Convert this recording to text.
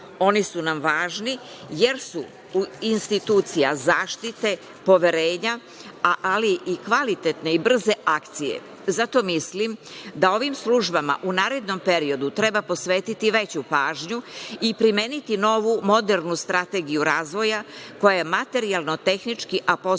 Oni su nam važni, jer su institucija zaštite poverenja, ali i kvalitetne i brze akcije. Zato mislim da ovim službama u narednom periodu treba posvetiti veću pažnju i primeniti novu modernu strategiju razvoja, koja je materijalno-tehnički, a posebno